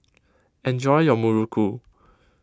enjoy your Muruku